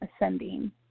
ascending